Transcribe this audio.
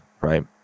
right